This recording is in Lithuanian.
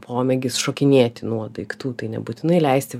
pomėgis šokinėti nuo daiktų tai nebūtinai leisti